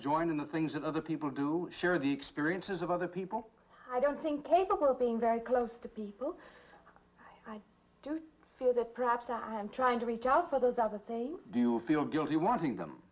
join in the things that other people do share the experiences of other people i don't think paperwork being very close to people i do feel that perhaps i am trying to reach out for those other things do you feel guilty wanting them